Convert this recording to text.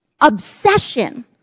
obsession